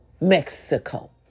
Mexico